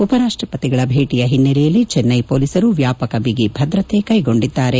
ಉಪರಾಷ್ಲಪತಿಗಳ ಭೇಟಿಯ ಹಿನ್ನೆಲೆಯಲ್ಲಿ ಚೆನ್ನೈ ಪೊಲೀಸರು ವ್ಯಾಪಕ ಬಿಗಿ ಭದ್ರತೆ ಕೈಗೊಂಡಿದ್ದಾರೆ